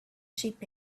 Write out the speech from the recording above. sheep